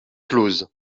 close